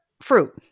fruit